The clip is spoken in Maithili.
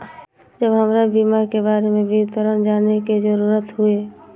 जब हमरा बीमा के बारे में विवरण जाने के जरूरत हुए?